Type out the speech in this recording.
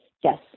Yes